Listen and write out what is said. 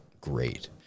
great